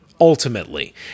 ultimately